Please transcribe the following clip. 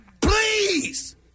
Please